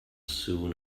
soon